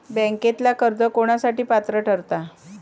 बँकेतला कर्ज कोणासाठी पात्र ठरता?